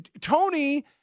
Tony